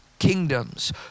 kingdoms